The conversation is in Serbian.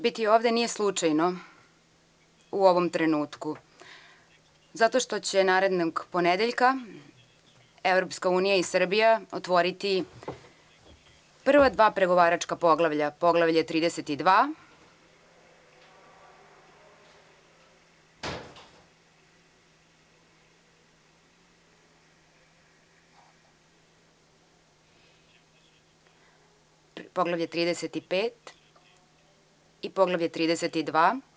Biti ovde nije slučajno u ovom trenutku, zato što će narednog ponedeljka Evropska unija i Srbija otvoriti prva dva pregovaračka poglavlja, Poglavlje 32, Poglavlje 35 i Poglavlje 32.